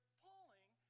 falling